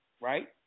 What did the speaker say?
Right